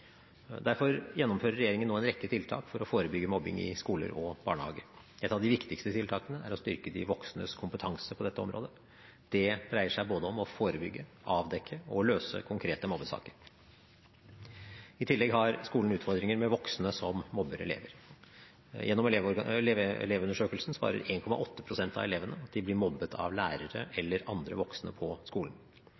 Derfor gjennomfører regjeringen nå en rekke tiltak for å forebygge mobbing i skoler og barnehager. Ett av de viktigste tiltakene er å styrke de voksnes kompetanse på dette området. Det handler om både å forebygge, å avdekke og å løse konkrete mobbesaker. I tillegg har skolen utfordringer med voksne som mobber elever. Gjennom Elevundersøkelsen svarer 1,8 pst av elevene at de blir mobbet av lærere